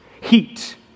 Heat